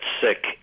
sick